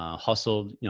ah hustled, you know,